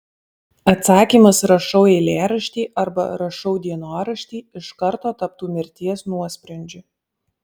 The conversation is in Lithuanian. atsakymas rašau eilėraštį arba rašau dienoraštį iš karto taptų mirties nuosprendžiu